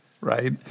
right